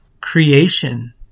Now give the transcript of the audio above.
creation